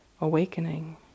awakening